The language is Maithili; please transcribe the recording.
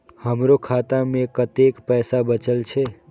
हमरो खाता में कतेक पैसा बचल छे?